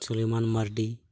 Suleman Mardi